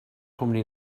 cwmni